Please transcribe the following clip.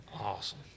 Awesome